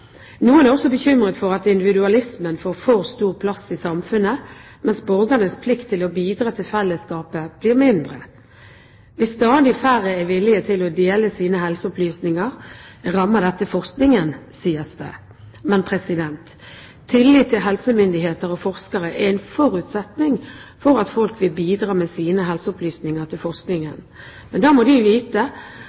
Noen er også bekymret for at individualismen får for stor plass i samfunnet, mens borgernes plikt til å bidra til fellesskapet blir mindre. Hvis stadig færre er villige til å dele sine helseopplysninger, rammer dette forskningen, sies det. Tillit til helsemyndigheter og forskere er en forutsetning for at folk vil bidra med sine helseopplysninger til forskningen. Men da må de vite